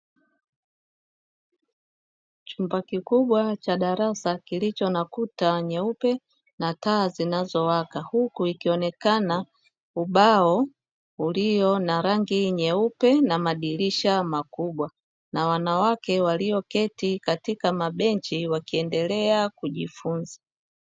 Chumba kikubwa cha darasa kilicho na kuta nyeupe na taa zinazowaka, huku ikionekana ubao ulio na rangi nyeupe na madirisha makubwa na wanawake walioketi katika mabenchi wakiendelea kujifunza.